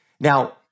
Now